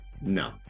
No